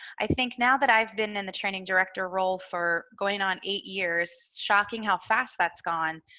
i think now that i've been in the training director role for going on eight years, shocking how fast that's gone.